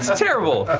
terrible!